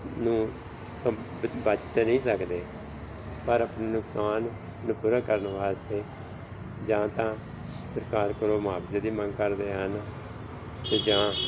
ਨੂੰ ਬਚ ਤਾਂ ਨਹੀਂ ਸਕਦੇ ਪਰ ਆਪਣੇ ਨੁਕਸਾਨ ਨੂੰ ਪੂਰਾ ਕਰਨ ਵਾਸਤੇ ਜਾਂ ਤਾਂ ਸਰਕਾਰ ਕੋਲੋਂ ਮੁਆਵਜ਼ੇ ਦੀ ਮੰਗ ਕਰਦੇ ਹਨ ਅਤੇ ਜਾਂ